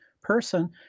person